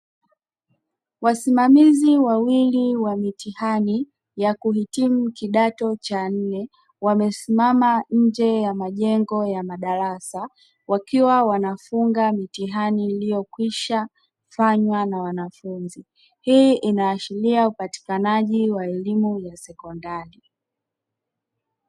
Wasimamizi wawili wa mitihani ya kuhitimu kidato cha nne wamesimama nje ya majengo ya darasa wakiwa wanafunga mitihani iliyokwishafanywa na wanafunzi. Hii inaashiria upatikanaji wa elimu ya sekondari.